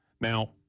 Now